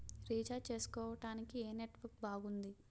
Recharge చేసుకోవటానికి ఏం network బాగుంది?